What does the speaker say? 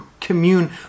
commune